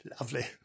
Lovely